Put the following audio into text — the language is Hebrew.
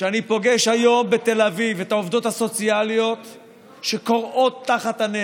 כשאני פוגש היום בתל אביב את העובדות הסוציאליות שכורעות תחת הנטל,